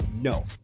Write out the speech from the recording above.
No